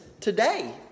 today